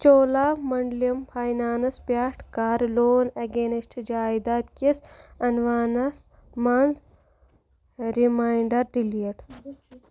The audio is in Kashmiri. چولامنٛڈَلم فاینانٛس پٮ۪ٹھٕ کَر لون اَگینٮ۪سٹہٕ جایداد کِس عنوانَس منٛز ریمانٛڈر ڈِلیٖٹ